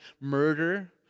murder